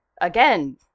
again